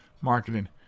marketing